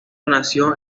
nació